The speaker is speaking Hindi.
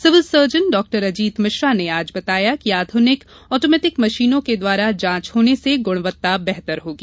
civil surgeon doctor Ajit Mishra ने आज बताया कि आधुनिक आटोमेटिक मशीनों के द्वारा जांच होने से गुणवत्ता बेहतर होगी